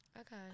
Okay